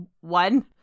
one